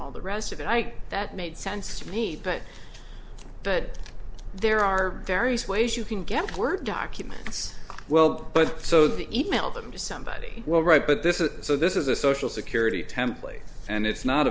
all the rest of it i think that made sense to me but but there are various ways you can get word documents well but so the e mail them to somebody well right but this is so this is a social security template and it's not